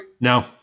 No